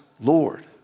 Lord